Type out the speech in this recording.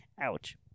Ouch